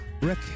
Rick